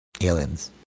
aliens